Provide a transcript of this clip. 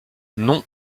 non